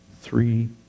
three